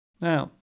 Now